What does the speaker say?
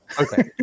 okay